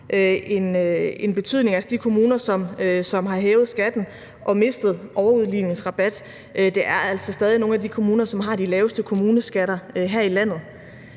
en betydning – altså de kommuner, som har hævet skatten og mistet overudligningsrabatten – altså stadig er nogle af de kommuner, som har de laveste kommuneskatter her i landet.